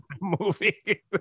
movie